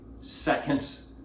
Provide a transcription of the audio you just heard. seconds